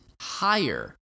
higher